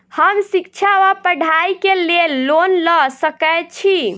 हम शिक्षा वा पढ़ाई केँ लेल लोन लऽ सकै छी?